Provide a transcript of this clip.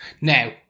Now